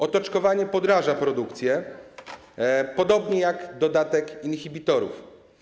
Otoczkowanie podraża produkcję, podobnie jak dodatek inhibitorów.